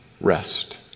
rest